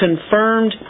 confirmed